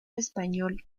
español